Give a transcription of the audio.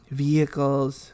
vehicles